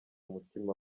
umutima